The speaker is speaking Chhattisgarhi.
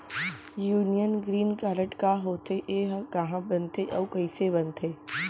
यूनियन ग्रीन कारड का होथे, एहा कहाँ बनथे अऊ कइसे बनथे?